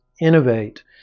innovate